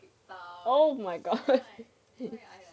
oh my god